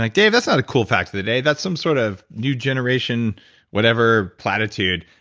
like dave, that's not a cool fact of the day that's some sort of new generation whatever platitude,